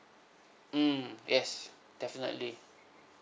mm yes definitely